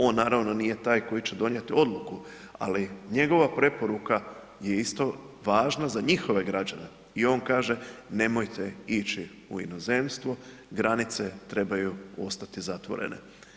On naravno nije taj koji će donijeti odluku ali njegova preporuka je isto važna za njihove građane i on kaže nemojte ići u inozemstvo, granice trebaju ostati zatvorene.